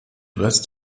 rest